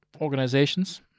organizations